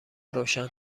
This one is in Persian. روشن